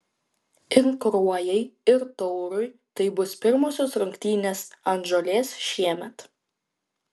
ir kruojai ir taurui tai bus pirmosios rungtynės ant žolės šiemet